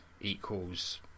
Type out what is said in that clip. equals